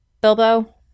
Bilbo